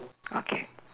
okay